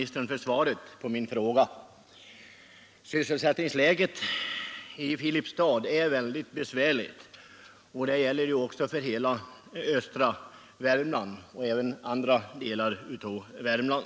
Sysselsättningsläget i Filipstad är oerhört besvärligt, och detsamma = gäller ju också för hela östra Värmland och även andra delar av Värmland.